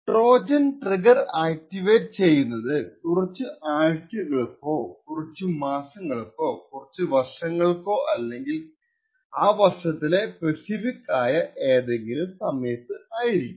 Trojan trigger activate ചെയ്യുന്നത് കുറച്ചു ആഴ്ചകൾക്കോ കുറച്ചു മാസങ്ങൾക്കോ കുറച്ചു വര്ഷങ്ങൾക്കോ അല്ലെങ്കിൽ ആ വർഷത്തിലെ സ്പെസിഫിക് ആയ ഏതെങ്കിലും സമയത്തു ആയിരിക്കും